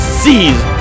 seize